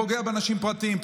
פוגע באנשים פרטיים,